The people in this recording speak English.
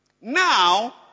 Now